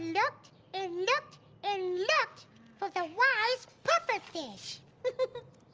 looked and looked and looked for the wise puffer fish.